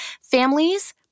families